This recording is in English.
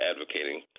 advocating